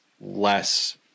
less